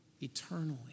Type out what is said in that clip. eternally